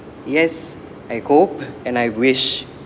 yes I hope and I wish